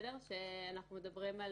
כשאנחנו מדברים על